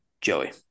Joey